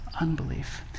unbelief